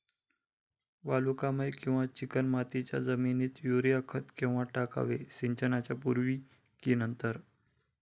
वालुकामय किंवा चिकणमातीच्या जमिनीत युरिया खत केव्हा टाकावे, सिंचनापूर्वी की नंतर?